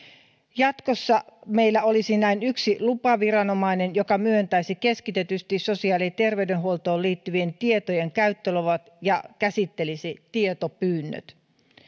jatkossa meillä olisi näin yksi lupaviranomainen joka myöntäisi keskitetysti sosiaali ja terveydenhuoltoon liittyvien tietojen käyttöluvat ja käsittelisi tietopyynnöt